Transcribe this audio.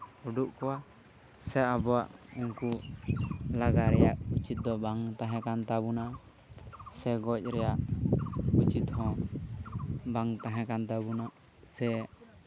ᱩᱰᱩᱠ ᱠᱚᱣᱟ ᱥᱮ ᱟᱵᱚᱣᱟᱜ ᱩᱱᱠᱩ ᱞᱟᱜᱟ ᱨᱮᱭᱟᱜ ᱩᱪᱤᱛ ᱫᱚ ᱵᱟᱝ ᱛᱟᱦᱮᱸ ᱠᱟᱱ ᱛᱟᱵᱳᱱᱟ ᱥᱮ ᱜᱚᱡ ᱨᱮᱭᱟᱜ ᱩᱪᱤᱛ ᱦᱚᱸ ᱵᱟᱝ ᱛᱟᱦᱮᱸ ᱠᱟᱱ ᱛᱟᱵᱚᱱᱟ ᱥᱮ